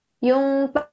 yung